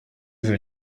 izi